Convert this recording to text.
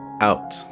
out